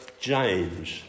James